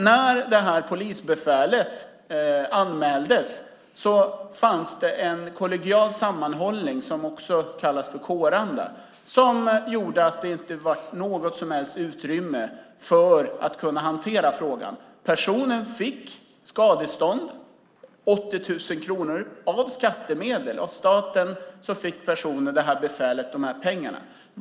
När polisbefälet anmäldes fanns det en kollegial sammanhållning, som också kallas för kåranda, som gjorde att det inte blev något som helst utrymme att hantera frågan. Personen fick skadestånd - 80 000 kronor - av skattemedel. Av staten fick det här befälet dessa pengar.